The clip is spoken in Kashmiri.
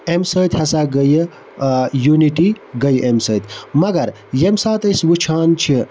اَمہِ سۭتۍ ہَسا گٔیہِ یوٗنِٹی گٔیہِ اَمہِ سۭتۍ مَگر ییٚمہِ ساتہٕ أسۍ وٕچھان چھِ